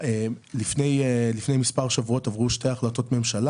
לפני מספר שבועות עברו שתי החלטות ממשלה